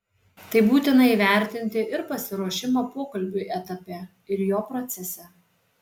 tai būtina įvertinti ir pasiruošimo pokalbiui etape ir jo procese